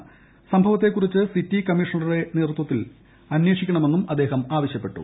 സൃശ്ദ്രവൃത്തെക്കുറിച്ച് city കമ്മീഷണറുടെ മേൽനോട്ടത്തിൽ ക്യുന്വേഷിക്കണമെന്നും അദ്ദേഹം ആവശ്യപ്പെട്ടു